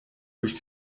durch